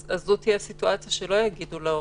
אז זו תהיה סיטואציה שלא יגידו להורים.